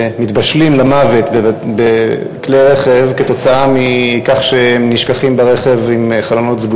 מתבשלים למוות בכלי רכב עם חלונות סגורים כשהם נשכחים בהם.